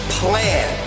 plan